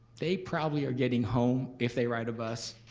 they probably are getting home if they ride a bus,